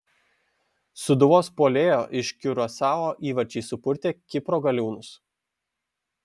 sūduvos puolėjo iš kiurasao įvarčiai supurtė kipro galiūnus